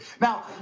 Now